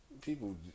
people